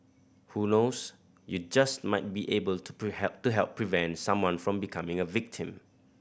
who knows you just might be able to help to help prevent someone from becoming a victim